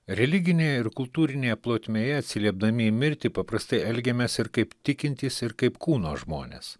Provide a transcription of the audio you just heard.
religinėje ir kultūrinėje plotmėje atsiliepdami į mirtį paprastai elgiamės ir kaip tikintys ir kaip kūno žmonės